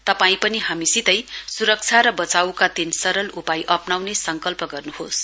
तपाई पनि हामीसितै सुरक्षा र बचाईका तीन सरल उपाय अप्नाउने संकल्प गर्नुहोस